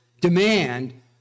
demand